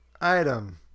item